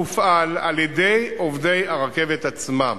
תופעל על-ידי עובדי הרכבת עצמם.